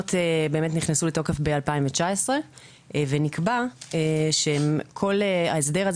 התקנות נכנסו לתוקף ב-2019 ונקבע שכל ההסדר הזה